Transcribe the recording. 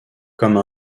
comme